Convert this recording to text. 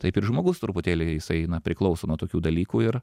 taip ir žmogus truputėlį jisai na priklauso nuo tokių dalykų ir